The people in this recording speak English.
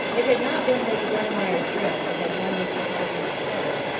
it had not been lady glenmire's dress that had won mr hoggins's heart,